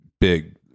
big